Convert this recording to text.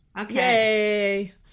Okay